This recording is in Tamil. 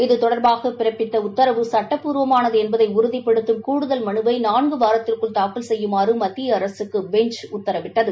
இது தொடர்பாக பிறப்பித்த உத்தரவு சுட்டப்பூர்வமானது என்பதை உறுதிபடுத்தும் கூடுதல் மனுவை நான்கு வாரததிற்குள் தாக்கல் செய்யுமாறு மத்திய அரசுக்கு பெஞ்ச் உத்தரவிட்டது